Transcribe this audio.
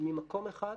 ממקום אחד,